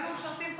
כבוד היושב-ראש,